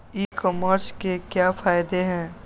ई commerce के क्या फायदे हैं?